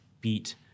beat